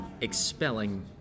expelling